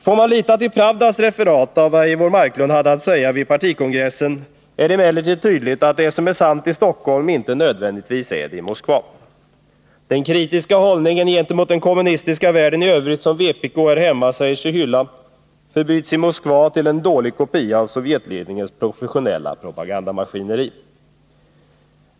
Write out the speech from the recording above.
Får man lita till Pravdas referat av vad Eivor Marklund hade att säga vid partikongressen, är det emellertid tydligt att det som är sant i Stockholm inte nödvändigtvis är det i Moskva. Den kritiska hållningen gentemot den kommunistiska världen i övrigt, som vpk här hemma säger sig hylla, förbyts i Moskva till en dålig kopia av Sovjetledningens professionella propagandamaskineri.